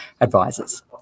Advisors